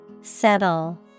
Settle